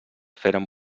feren